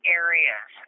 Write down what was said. areas